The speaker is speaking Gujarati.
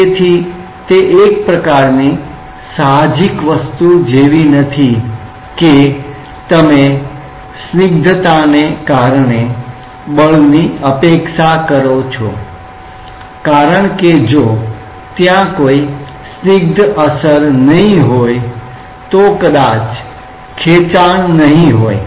તેથી તે એક પ્રકારની સાહજિક વસ્તુ જેવું નથી કે તમે સ્નિગ્ધતાને કારણે બળની અપેક્ષા કરો કારણ કે જો ત્યાં કોઈ સ્નિગ્ધ અસર નહી હોય તો કદાચ ખેંચાણ નહી હોય